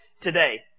today